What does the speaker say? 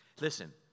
Listen